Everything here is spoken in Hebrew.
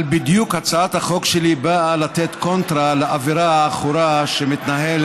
אבל הצעת החוק שלי באה בדיוק לתת קונטרה לאווירה העכורה שמתנהלת,